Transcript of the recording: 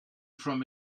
from